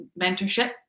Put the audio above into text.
mentorship